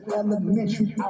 elementary